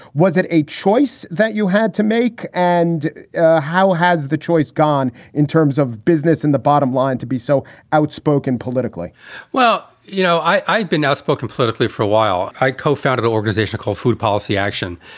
was it a choice that you had to make? and how has the choice gone in terms of business and the bottom line to be so outspoken politically well, you know, i had been outspoken politically for a while. i co-founded the organization called food policy action,